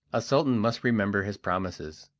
a sultan must remember his promises,